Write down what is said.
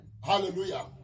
Hallelujah